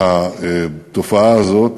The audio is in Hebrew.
והתופעה הזאת